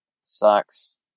Sucks